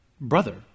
brother